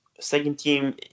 second-team